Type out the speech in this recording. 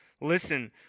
Listen